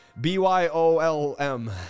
B-Y-O-L-M